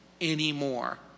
anymore